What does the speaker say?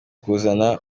kuzana